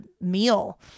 meal